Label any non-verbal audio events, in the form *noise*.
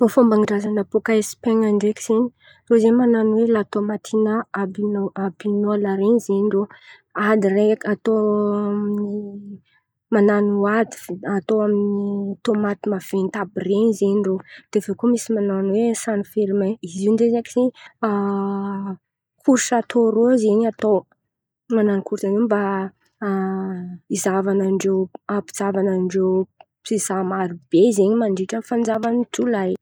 Fômban-drazan̈a bôkà espan̈a ndraiky zen̈y irô zen̈y man̈ano latômatinà abinô abinôlaminy zen̈y irô, ady iray atao amin'ny man̈ano ady zen̈y. Atao amin'ny tômaty maventy àby iren̈y zen̈y irô, dia avy eo koà misy man̈ano hoe salfelimin izy io ndraiky zen̈y *hesitation* korshatôrô zen̈y atao. Man̈ano korsha mba *hesitation* hizahavan̈a andreo, ampizahavan̈a andreo mpizaha marobe zen̈y mandritran'ny volan'ny jolay.